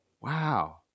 Wow